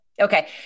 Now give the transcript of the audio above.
Okay